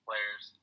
Players